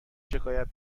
شکایت